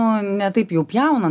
ne taip jau pjauna